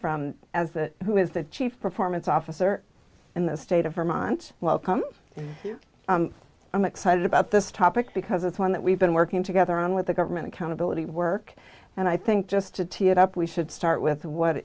from as the who is the chief performance officer in the state of vermont welcome i'm excited about this topic because it's one that we've been working together on with the government accountability work and i think just to tee it up we should start with what